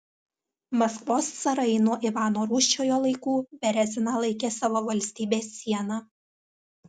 maskvos carai nuo ivano rūsčiojo laikų bereziną laikė savo valstybės siena